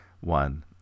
one